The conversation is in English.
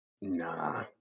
Nah